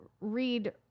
read